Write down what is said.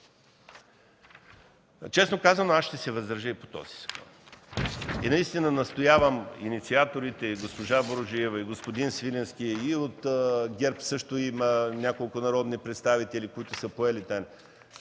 Честно казано аз ще се въздържа и по този законопроект. Наистина настоявам инициаторите – и госпожа Буруджиева, и господин Свиленски, и от ГЕРБ също има няколко народни представители, нека да се